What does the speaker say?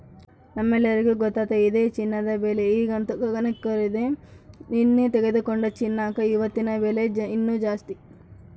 ನಮ್ಮೆಲ್ಲರಿಗೂ ಗೊತ್ತತೆ ಇದೆ ಚಿನ್ನದ ಬೆಲೆ ಈಗಂತೂ ಗಗನಕ್ಕೇರೆತೆ, ನೆನ್ನೆ ತೆಗೆದುಕೊಂಡ ಚಿನ್ನಕ ಇವತ್ತಿನ ಬೆಲೆ ಇನ್ನು ಜಾಸ್ತಿ